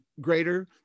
greater